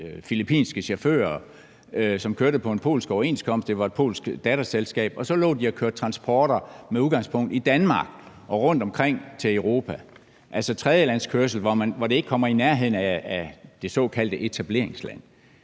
filippinske chauffører, som kørte på en polsk overenskomst med et polsk datterselskab, og som så lå og kørte transporter rundtomkring i Europa med udgangspunkt i Danmark, altså tredjelandskørsel, hvor det ikke kommer i nærheden af det såkaldte etableringsland.